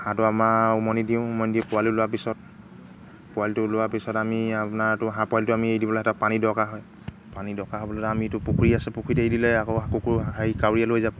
হাঁহটো আমাৰ উমনি দিওঁ উমনি দি পোৱালি ওলোৱাৰ পিছত পোৱালিটো ওলোৱাৰ পিছত আমি আপোনাৰতো হাঁহ পোৱালিটো আমি এৰি দিবলৈ সিহঁতক পানী দৰকাৰ হয় পানী দৰকাৰ হ'বলৈ আমিতো পুখুৰী আছে পুখুৰীত এৰি দিলে আকৌ কুকুৰ হেৰি কাউৰীয়ে লৈ যাব